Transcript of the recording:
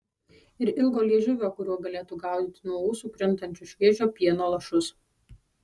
ir ilgo liežuvio kuriuo galėtų gaudyti nuo ūsų krintančius šviežio pieno lašus